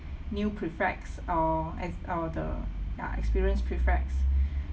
new prefects or and or the ya experience prefects